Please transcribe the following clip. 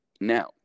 Now